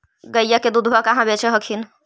गईया के दूधबा कहा बेच हखिन?